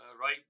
right